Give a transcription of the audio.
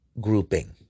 grouping